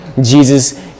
Jesus